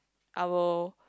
I will